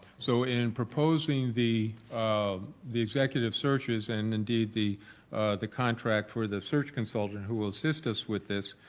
so in proposing the um the executive searches and indeed the the contract for the search consultant who will assist us with this,